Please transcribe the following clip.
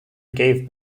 gave